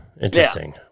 Interesting